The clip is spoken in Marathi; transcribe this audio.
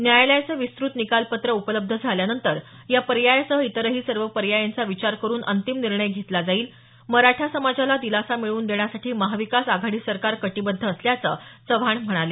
न्यायालयाचं विस्तुत निकालपत्र उपलब्ध झाल्यानंतर या पर्यायासह इतरही सर्व पर्यांयाचा विचार करून अंतिम निर्णय घेतला जाईल मराठा समाजाला दिलासा मिळवून देण्यासाठी महाविकास आघाडी सरकार कटिबद्ध असल्याचं ते म्हणाले